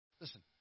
Listen